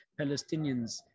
Palestinians